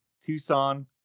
Tucson